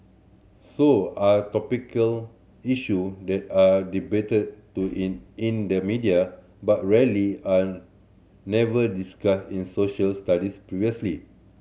so are topical issue that are debated to in in the media but rarely an never discussed in Social Studies previously